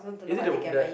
is it the the